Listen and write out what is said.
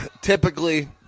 typically